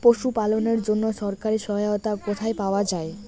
পশু পালনের জন্য সরকারি সহায়তা কোথায় পাওয়া যায়?